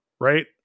Right